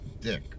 dick